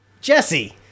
Jesse